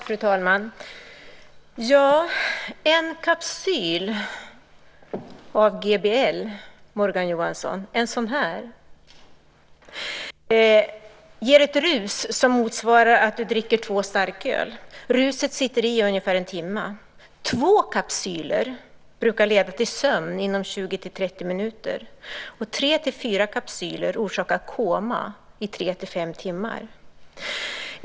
Fru talman! En sådan här kapsyl av GBL, Morgan Johansson, ger ett rus som motsvarar att du dricker två starköl. Ruset sitter i ungefär i en timme. Två kapsyler brukar leda till sömn inom 20-30 minuter, och tre-fyra kapsyler orsakar koma i tre-fem timmar.